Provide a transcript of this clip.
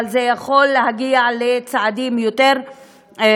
אבל זה יכול להגיע לצעדים יותר חמורים,